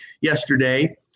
yesterday